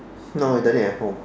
no I done it at home